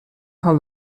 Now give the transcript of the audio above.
how